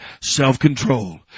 self-control